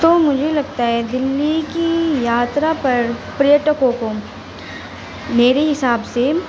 تو مجھے لگتا ہے دلّی کی یاترا پر پریٹکو کو میرے حساب سے